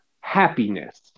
happiness